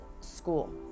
school